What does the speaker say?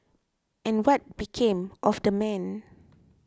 and what became of the man